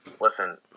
listen